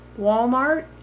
Walmart